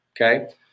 Okay